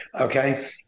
Okay